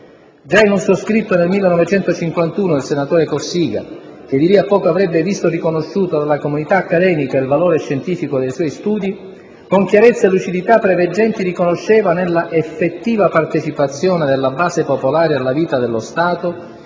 Già in uno scritto del 1951 il senatore Cossiga - che di lì a poco avrebbe visto riconosciuto dalla comunità accademica il valore scientifico dei suoi studi - con chiarezza e lucidità preveggenti riconosceva nella «effettiva partecipazione della base popolare alla vita dello Stato